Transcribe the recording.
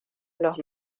los